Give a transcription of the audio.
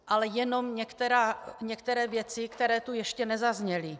Ale jenom některé věci, které tu ještě nezazněly.